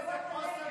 זהו.